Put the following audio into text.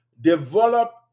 develop